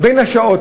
בין השעות